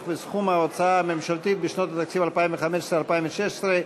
וסכום ההוצאה הממשלתית בשנות התקציב 2015 ו-2016),